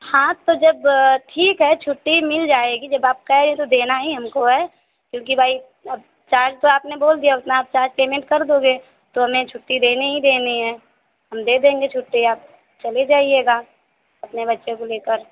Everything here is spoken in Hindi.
हाँ तो जब ठीक है छुट्टी मिल जाएगी जब आप कह रही तो देना ही हमको है क्योंकि भाई अब चार्ज तो आपने बोल दिया उतना आप चार्ज पेमेंट कर दोगे तो हमें छुट्टी देने ही देने हैं हम दे देंगे छुट्टी आप चले जाइएगा अपने बच्चों को लेकर